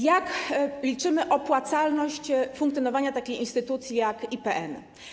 Jak liczymy opłacalność funkcjonowania takiej instytucji jak IPN?